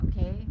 Okay